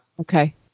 Okay